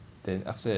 then after that